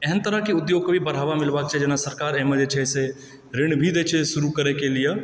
एहन तरहके उद्योग के भी बढ़ावा मिलबा के चाही जेना सरकार एहिमे जे छै से ऋण भी दै छै शुरू करय के लिए